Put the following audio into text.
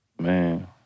Man